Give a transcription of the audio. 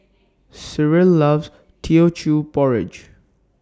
Cyril loves Teochew Porridge